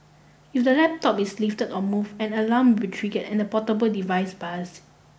if the laptop is lifted or move an alarm will be trigger and the portable device buzzed